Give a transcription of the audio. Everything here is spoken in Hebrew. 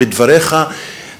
בדבריך,